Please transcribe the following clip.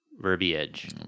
Verbiage